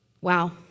wow